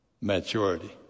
maturity